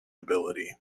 ability